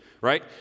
right